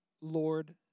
Lord